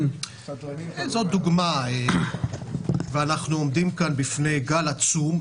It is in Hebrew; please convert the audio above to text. זו דוגמה ואנחנו עומדים בפני גל עצום,